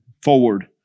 forward